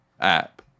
app